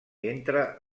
entre